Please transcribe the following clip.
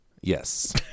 Yes